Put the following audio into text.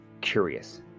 curious